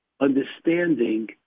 understanding